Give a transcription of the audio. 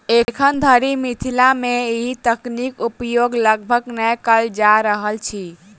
एखन धरि मिथिला मे एहि तकनीक उपयोग लगभग नै कयल जा रहल अछि